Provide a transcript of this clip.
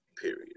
period